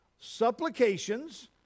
supplications